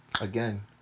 Again